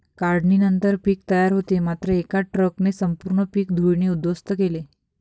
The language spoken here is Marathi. काढणीनंतर पीक तयार होते मात्र एका ट्रकने संपूर्ण पीक धुळीने उद्ध्वस्त केले